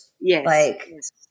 Yes